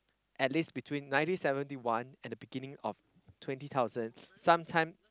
at least between nineteen seventeen one and the beginning of twenty thousand some time